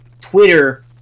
Twitter